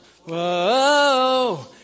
whoa